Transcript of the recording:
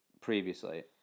Previously